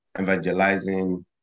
evangelizing